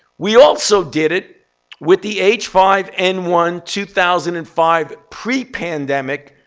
we also did it with the h five n one two thousand and five pre-pandemic.